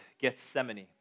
Gethsemane